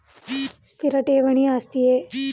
ಸ್ಥಿರ ಠೇವಣಿ ಆಸ್ತಿಯೇ?